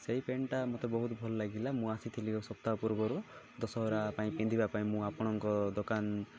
ସେଇ ପ୍ୟାଣ୍ଟ୍ଟା ମତେ ବହୁତ ଭଲ ଲାଗିଲା ମୁଁ ଆସିଥିଲି ସପ୍ତାହ ପୂର୍ବରୁ ଦଶହରା ପାଇଁ ପିନ୍ଧିବା ପାଇଁ ମୁଁ ଆପଣଙ୍କ ଦୋକାନ